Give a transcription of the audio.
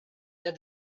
that